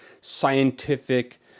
scientific